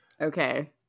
Okay